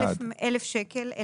1,000 שקלים.